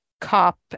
cop